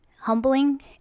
humbling